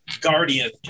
guardian